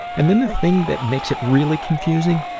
and then the thing that makes it really confusing,